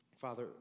Father